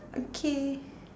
okay